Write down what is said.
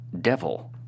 devil